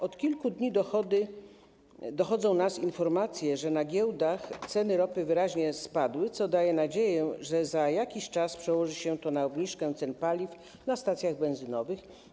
Od kilku dni dochodzą do nas informacje, że na giełdach ceny ropy wyraźnie spadły, co daje nadzieję, że za jakiś czas przełoży się to na obniżkę cen paliw na stacjach benzynowych.